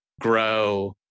grow